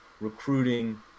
recruiting